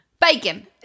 Bacon